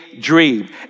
dream